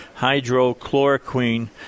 hydrochloroquine